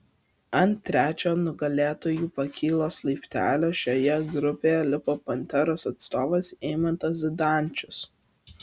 ant trečio nugalėtojų pakylos laiptelio šioje grupėje lipo panteros atstovas eimantas zdančius